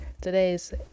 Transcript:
Today's